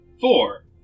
Four